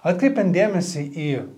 atkreipiant dėmesį į